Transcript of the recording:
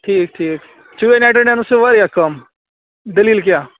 ٹھیٖک ٹھیٖک چٲنۍ ایٚٹٮ۪ڈیٚمٕس چھِ وارِیاہ کَم دٔلیٖل کیٛاہ